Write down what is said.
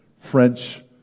French